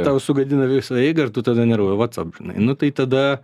tau sugadina visą eigą ir tu tada nervuo whats up žinai nu tai tada